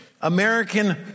American